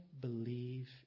believe